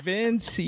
Vince